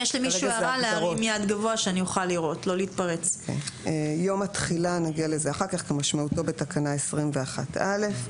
"יום התחילה" כמשמעותו בתקנה 21(א).